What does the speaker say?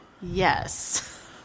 Yes